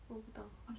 我不懂